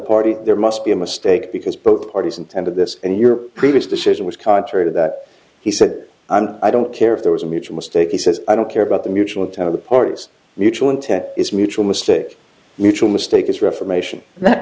party there must be a mistake because both parties and of this and your previous decision was contrary to that he said i don't care if there was a mutual mistake he says i don't care about the mutual turn of the parties mutual intent is mutual mistake mutual mistake it's reformation in that